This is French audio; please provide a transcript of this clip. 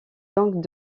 donc